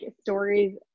stories